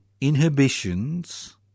inhibitions